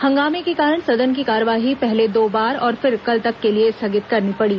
हंगामे के कारण सदन की कार्यवाही पहले दो बार और फिर कल तक के लिए स्थगित करनी पड़ी